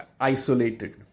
isolated